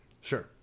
Sure